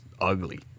ugly